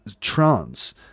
trance